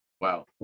Wow